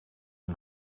een